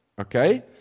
okay